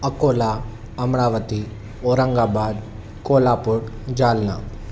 Akola Amravati Aurangabad Kolhapur Jalna